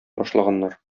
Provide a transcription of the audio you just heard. башлаганнар